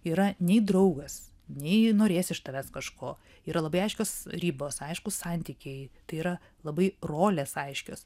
yra nei draugas nei norės iš tavęs kažko yra labai aiškios ribos aiškūs santykiai tai yra labai rolės aiškios